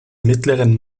mittleren